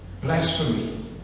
blasphemy